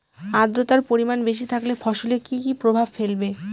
আদ্রর্তার পরিমান বেশি থাকলে ফসলে কি কি প্রভাব ফেলবে?